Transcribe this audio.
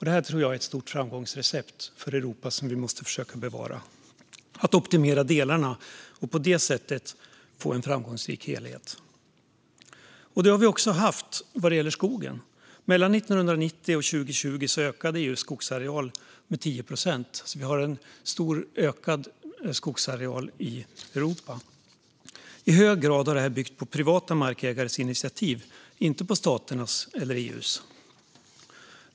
Det tror jag är ett starkt framgångsrecept för Europa som vi måste försöka bevara, det vill säga att optimera delarna och på det sättet få en framgångsrik helhet. Det har vi också haft vad gäller skogen. Mellan 1990 och 2020 ökade EU:s skogsareal med 10 procent, så vi har en starkt ökad skogsareal i Europa. I hög grad har det här byggt på privata markägares initiativ, inte på staternas eller EU:s.